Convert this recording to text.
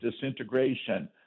disintegration